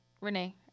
Renee